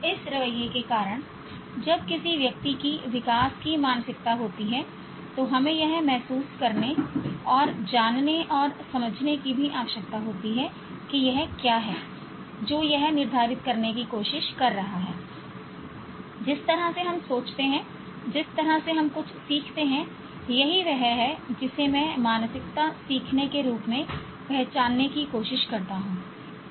इस रवैये के कारण जब किसी व्यक्ति की विकास की मानसिकता होती है तो हमें यह महसूस करने और जानने और समझने की भी आवश्यकता होती है कि यह क्या है जो यह निर्धारित करने की कोशिश कर रहा है जिस तरह से हम सोचते हैं जिस तरह से हम कुछ सीखते हैं यही वह है जिसे मैं मानसिकता सीखने के रूप में पहचानने की कोशिश करता हूं